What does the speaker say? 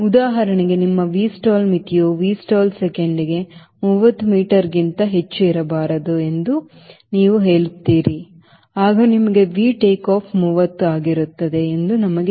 ಉದಾಹರಣೆಗೆ ನಿಮ್ಮ Vstall ಮಿತಿಯು Vstall ಸೆಕೆಂಡಿಗೆ 30 ಮೀಟರ್ಗಿಂತ ಹೆಚ್ಚು ಇರಬಾರದು ಎಂದು ನೀವು ಹೇಳುತ್ತೀರಿ ಆಗ ನಿಮಗೆ Vಟೇಕ್ಆಫ್ 30 ಆಗಿರುತ್ತದೆ ಎಂದು ನಮಗೆ ತಿಳಿದಿದೆ 1